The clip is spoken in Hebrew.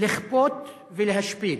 לכפות ולהשפיל.